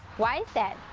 why is that?